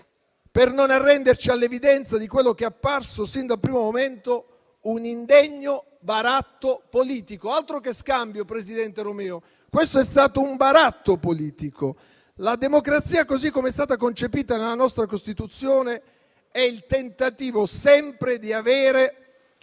per non arrenderci all'evidenza di quello che è apparso, sin dal primo momento, un indegno baratto politico. Altro che scambio, presidente Romeo; questo è stato un baratto politico. La democrazia, così come è stata concepita nella nostra Costituzione, è il tentativo di avere